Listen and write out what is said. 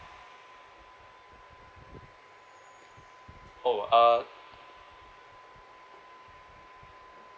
oh uh